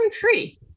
free